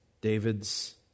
David's